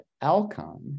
Alcon